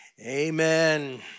Amen